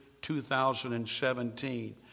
2017